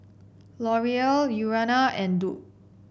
L'Oreal Urana and Doux